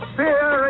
fear